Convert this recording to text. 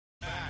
Back